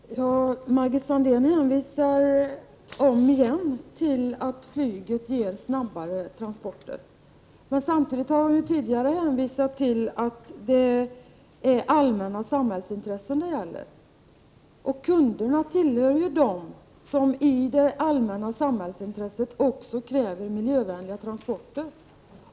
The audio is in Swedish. Herr talman! Margit Sandéhn hänvisar om igen till att flyget ger snabbare transporter. Men hon har tidigare hänvisat till att det gäller allmänna samhällsintressen, och kunderna tillhör ju dem som i det allmänna intressets namn kräver miljövänliga transporter.